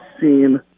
seen